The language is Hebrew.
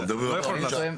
הן לא יכולות לעשות.